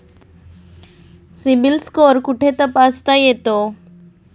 CIBIL score कुठे तपासता येतो?